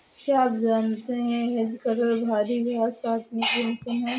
क्या आप जानते है हैज कटर भारी घांस काटने की मशीन है